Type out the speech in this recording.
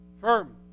Firm